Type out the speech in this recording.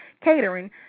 catering